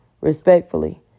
respectfully